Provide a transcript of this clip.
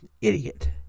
idiot